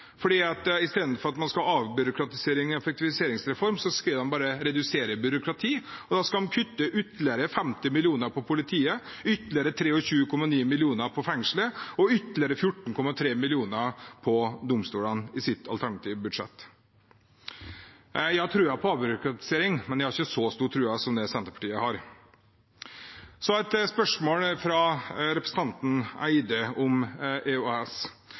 istedenfor at man skal ha en avbyråkratiserings- og effektiviseringsreform, skrev de bare «redusere byråkrati». Da skal de kutte ytterligere 50 mill. kr på politiet, ytterligere 23,9 mill. kr på fengsel og ytterligere 14,3 mill. kr på domstolene i sitt alternative budsjett. Jeg har tro på avbyråkratisering, men jeg har ikke så stor tro som det Senterpartiet har. Så til et spørsmål fra representanten Eide om EOS.